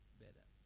better